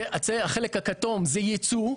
החלק הכתום זה יצוא,